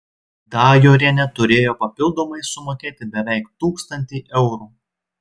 dajorienė turėjo papildomai sumokėti beveik tūkstantį eurų